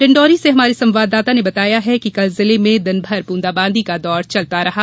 डिण्डोरी से हमारे संवाददाता ने बताया है कि कल जिले में दिनभर बूंदाबांदी का दौर चलता रहा